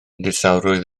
distawrwydd